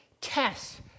tests